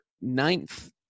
ninth